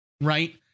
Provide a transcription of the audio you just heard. Right